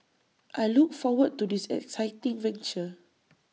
I look forward to this exciting venture